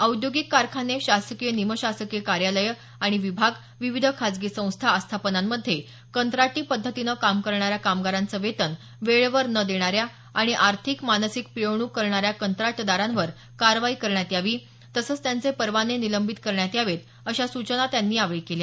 औद्योगिक कारखाने शासकीय निमशासकीय कार्यालय आणि विभाग विविध खाजगी संस्था आस्थापनांमध्ये कंत्राटी पद्धतीनं काम करणाऱ्या कामगारांचं वेतन वेळेवर न देणाऱ्या आणि आर्थिक मानसिक पिळवणूक करणाऱ्या कंत्राटदारावर करवाई करण्यात यावी तसंच त्यांचे परवाने निलंबित करण्यात यावेत अशा सूचना त्यांनी यावेळी दिल्या